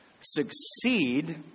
Succeed